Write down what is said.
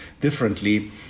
differently